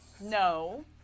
no